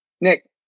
Nick